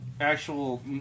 actual